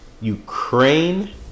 Ukraine